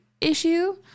issue